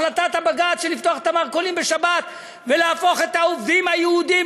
החלטת הבג"ץ לפתוח את המרכולים בשבת ולהפוך את העובדים היהודים,